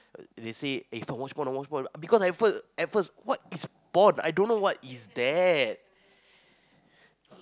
they say eh watch porn watch porn because at first at first what is porn I don't know what is that